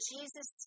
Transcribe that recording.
Jesus